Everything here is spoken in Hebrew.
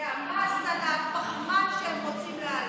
והמס על הפחמן שהם רוצים להעלות.